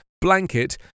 blanket